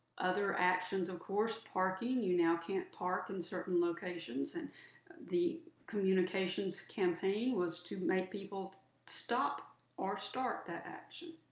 other actions of course, parking. you now can't park in certain locations and the communications campaign was to make people stop or start that action.